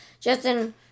Justin